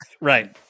right